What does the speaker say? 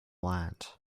land